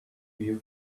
view